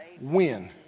Win